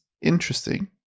interesting